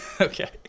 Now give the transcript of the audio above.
Okay